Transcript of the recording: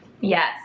yes